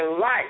life